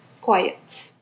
quiet